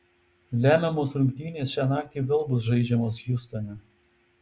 lemiamos rungtynės šią naktį vėl bus žaidžiamos hjustone